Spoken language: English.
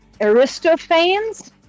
Aristophanes